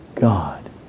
God